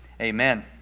Amen